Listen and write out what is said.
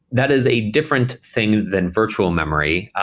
that is a different thing than virtual memory,